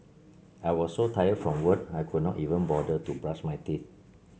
a smile can often lift up a weary spirit